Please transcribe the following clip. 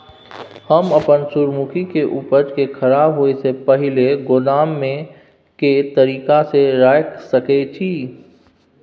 हम अपन सूर्यमुखी के उपज के खराब होयसे पहिले गोदाम में के तरीका से रयख सके छी?